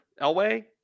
Elway